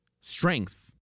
strength